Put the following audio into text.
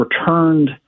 returned